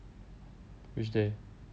which day